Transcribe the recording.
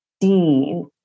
dean